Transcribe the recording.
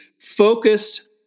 focused